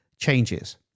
Changes